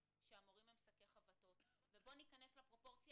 עם כל הכבוד --- שק חבטות של ילד בן 8?